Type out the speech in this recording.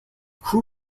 crew